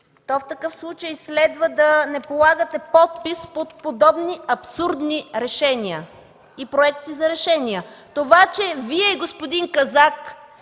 то в такъв случай следва да не полагате подпис под подобни абсурдни решения и проекти за решения. Това че Вие и господин Казак